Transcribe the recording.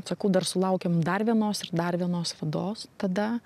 sakau dar sulaukėm dar vienos ir dar vienos vados tada